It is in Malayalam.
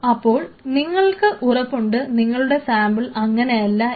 ഇപ്പോൾ നിങ്ങൾക്ക് ഉറപ്പുണ്ട് നിങ്ങളുടെ സാമ്പിൾ അങ്ങനെയല്ല എന്ന്